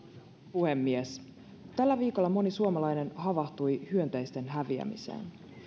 puhemies tällä viikolla moni suomalainen havahtui hyönteisten häviämiseen